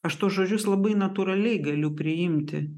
aš tuos žodžius labai natūraliai galiu priimti